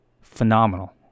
phenomenal